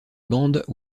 bande